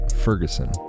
Ferguson